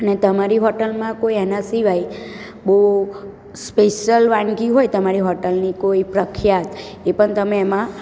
અને તમારી હોટેલમાં કોઈ એના સિવાય બહુ સ્પેશ્યલ વાનગી હોય તમારી હોટેલની કોઈ પ્રખ્યાત એ પણ તમે એમાં